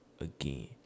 again